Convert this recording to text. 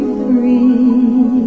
free